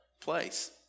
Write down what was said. place